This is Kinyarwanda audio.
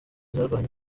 zarwanye